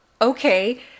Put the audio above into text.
okay